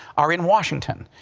are in washington.